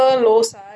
no the blue one